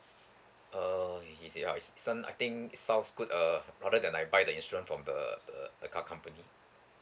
oh is it ah it sounds I think it sounds good uh rather than I buy the insurance from the the a car company